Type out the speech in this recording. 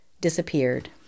disappeared